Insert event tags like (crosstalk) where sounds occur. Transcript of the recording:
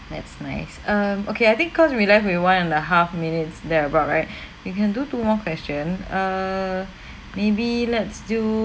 that's nice um okay I think cause we left with one and a half minutes there about right (breath) we can do two more question err (breath) maybe let's do